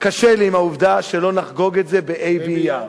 קשה לי עם העובדה שלא נחגוג את זה בה' באייר.